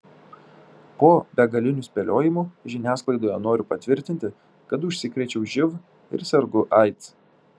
po begalinių spėliojimų žiniasklaidoje noriu patvirtinti kad užsikrėčiau živ ir sergu aids